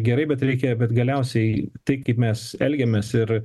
gerai bet reikia bet galiausiai tikimės elgiamės ir